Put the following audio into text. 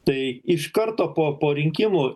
tai iš karto po po rinkimų